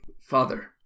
Father